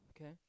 okay